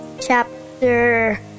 chapter